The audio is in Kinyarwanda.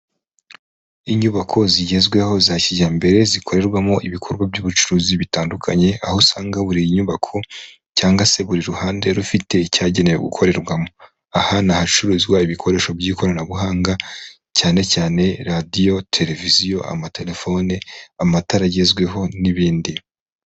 Inyubako zigezweho za kijyambere zikorerwamo ibikorwa by'ubucuruzi bitandukanye, aho usanga buri nyubako cyangwa se buri ruhande rufite icyagenewe gukorerwamo, aha ni ahanacuruzwa ibikoresho by'ikoranabuhanga cyane cyane radiyo, televiziyo, amatelefone, amatara agezweho n'ibindi.